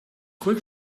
quick